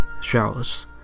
showers